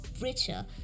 richer